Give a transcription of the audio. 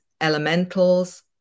elementals